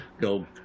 go